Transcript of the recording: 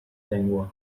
llengua